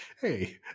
hey